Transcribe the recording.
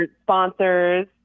sponsors